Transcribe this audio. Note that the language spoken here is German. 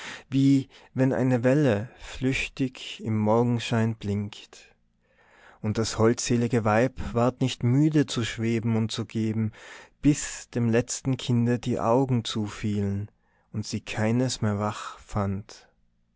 wie wenn eine welle flüchtig im morgenschein blinkt und das holdselige weib ward nicht müde zu schweben und zu geben bis dem letzten kinde die augen zufielen und sie keines mehr wach fand